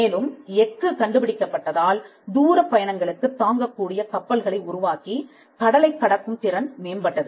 மேலும் எக்கு கண்டுபிடிக்கப்பட்டதால் தூரப் பயணங்களுக்குத் தாங்கக்கூடிய கப்பல்களை உருவாக்கி கடலை கடக்கும் திறன் மேம்பட்டது